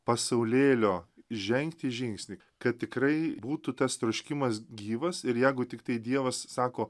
pasaulėlio žengti žingsnį kad tikrai būtų tas troškimas gyvas ir jeigu tiktai dievas sako